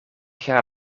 gaat